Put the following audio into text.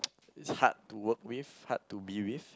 hard to work with hard to be with